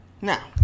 Now